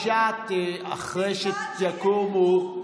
מותר לו, ובלבד שיהיה תרגום.